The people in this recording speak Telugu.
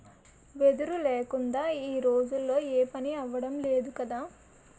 వెదురు లేకుందా ఈ రోజుల్లో ఏపనీ అవడం లేదు కదా